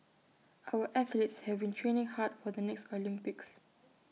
our athletes have been training hard for the next Olympics